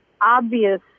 obvious